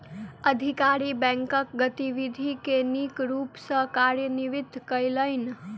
अधिकारी बैंकक गतिविधि के नीक रूप सॅ कार्यान्वित कयलैन